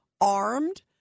armed